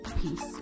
Peace